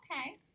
Okay